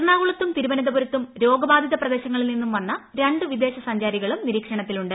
എറണാകുളത്തും തിരുവനന്തപുരത്തും രോഗബാധിത പ്രദേശങ്ങളിൽ നിന്നും വന്ന രണ്ട് വിദേശ സഞ്ചാരികളും നിരീക്ഷണത്തിലുണ്ട്